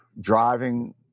driving